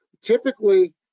Typically